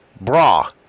Bra